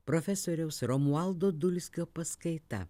profesoriaus romualdo dulskio paskaita